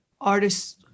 artists